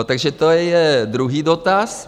Takže to je druhý dotaz.